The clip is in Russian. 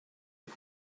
как